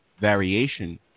variation